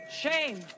shame